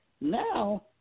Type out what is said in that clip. Now